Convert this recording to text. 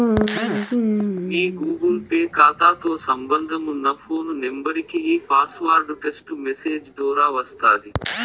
మీ Google Pay కాతాతో సంబంధమున్న phone నెంబరికి ఈ పాస్వార్డు టెస్టు మెసేజ్ దోరా వస్తాది